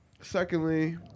Secondly